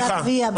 מה אחוזי הגבייה?